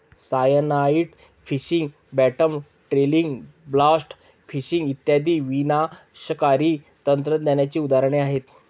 cyanide fishing, bottom trawling, blast fishing इत्यादी विनाशकारी तंत्रज्ञानाची उदाहरणे आहेत